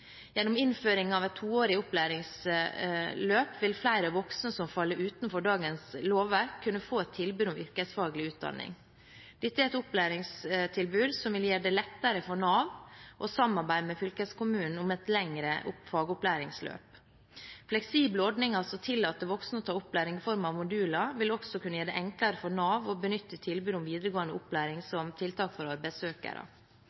Gjennom innføring av et toårig opplæringsløp vil flere voksne som faller utenfor dagens lovverk, kunne få tilbud om yrkesfaglig utdanning. Dette er et opplæringstilbud som vil gjøre det lettere for Nav å samarbeide med fylkeskommunen om et lengre fagopplæringsløp. Fleksible ordninger som tillater voksne å ta opplæring i form av moduler, vil også kunne gjøre det enklere for Nav å benytte tilbudet om videregående opplæring